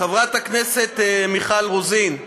חברת הכנסת מיכל רוזין,